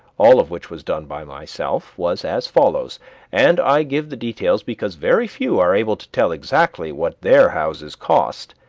all of which was done by myself, was as follows and i give the details because very few are able to tell exactly what their houses cost,